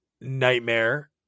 nightmare